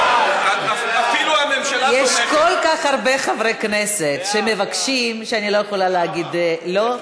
יש כל כך הרבה חברי כנסת שמבקשים שאני לא יכולה להגיד לא.